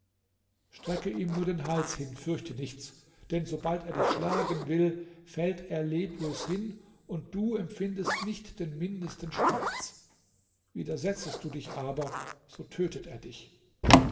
strecke ihm nur den hals hin fürchte nichts denn sobald er dich schlagen will fällt er leblos hin und du empfindest nicht den mindesten schmerz widersetzest du dich aber so tötet er dich